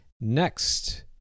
next